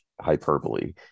hyperbole